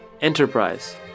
Enterprise